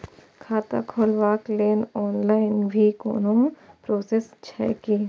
खाता खोलाबक लेल ऑनलाईन भी कोनो प्रोसेस छै की?